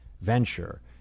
venture